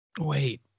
wait